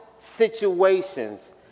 situations